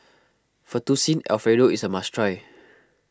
Fettuccine Alfredo is a must try